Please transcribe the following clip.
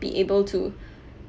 be able to